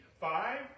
five